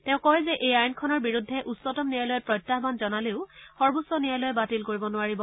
তেওঁ কয় যে এই আইনখনৰ বিৰুদ্ধে উচ্চতম ন্যায়ালয়ত প্ৰত্যায়ান জনালেও সৰ্বোচ্চ ন্যায়ালয়ে বাতিল কৰিব নোৱাৰিব